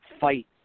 fight